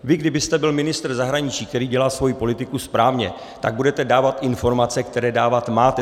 Vy kdybyste byl ministr zahraničí, který dělá svou politiku správně, tak budete dávat informace, které dávat máte.